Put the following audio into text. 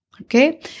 okay